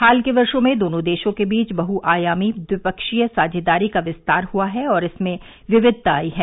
हाल के वर्षो में दोनों देशों के बीच बहु आयामी द्विपक्षीय साझेदारी का विस्तार हुआ है और इसमें विविधता आई है